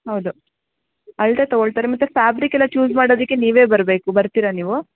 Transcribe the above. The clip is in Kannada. ಹೌದು ಅಳತೆ ತಗೋಳ್ತಾರೆ ಮತ್ತು ಫ್ಯಾಬ್ರಿಕ್ ಎಲ್ಲ ಚೂಸ್ ಮಾಡೋದಕ್ಕೆ ನೀವೇ ಬರಬೇಕು ಬರ್ತೀರಾ ನೀವು